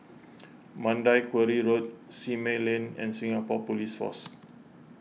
Mandai Quarry Road Simei Lane and Singapore Police Force